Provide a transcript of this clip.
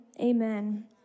Amen